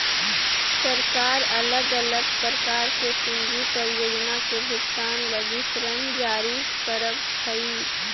सरकार अलग अलग प्रकार के पूंजी परियोजना के भुगतान लगी ऋण जारी करवऽ हई